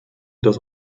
dass